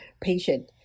patient